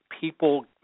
people